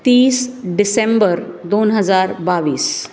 तीस डिसेंबर दोन हजार बावीस